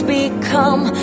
become